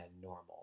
normal